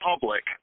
public